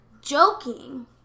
joking